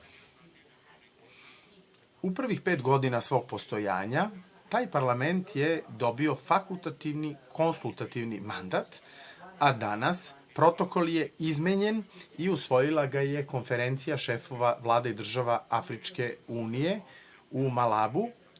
prvih pet godina svog postojanja, taj parlament je dobio fakultativni, konsultativni mandat, a danas, protokol je izmenjen i usvojila ga je Konferencija šefova Vlade i država Afričke unije u Malabu,